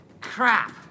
Crap